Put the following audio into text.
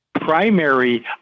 primary